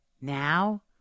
now